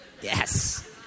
Yes